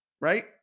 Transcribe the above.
Right